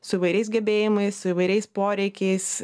su įvairiais gebėjimais su įvairiais poreikiais